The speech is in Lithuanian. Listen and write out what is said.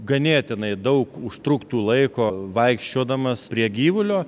ganėtinai daug užtruktų laiko vaikščiodamas prie gyvulio